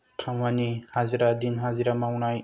खामानि हाजिरा दिन हाजिरा मावनाय